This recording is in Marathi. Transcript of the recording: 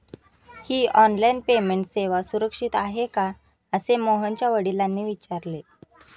ही ऑनलाइन पेमेंट सेवा सुरक्षित आहे का असे मोहनच्या वडिलांनी विचारले